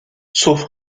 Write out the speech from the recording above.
sauf